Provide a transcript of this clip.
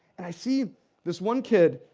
and i see this one kid,